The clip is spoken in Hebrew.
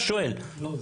לא,